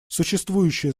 существующие